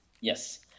yes